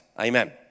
Amen